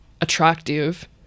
attractive